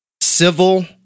civil